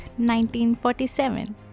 1947